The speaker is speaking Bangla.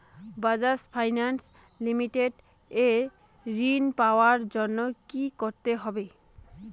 বাজাজ ফিনান্স লিমিটেড এ ঋন পাওয়ার জন্য কি করতে হবে?